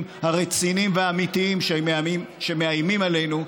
הרציניים והאמיתיים שמאיימים עלינו,